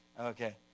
Okay